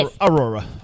Aurora